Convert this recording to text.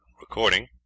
Recording